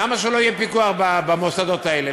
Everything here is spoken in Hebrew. למה לא יהיה פיקוח במוסדות האלה?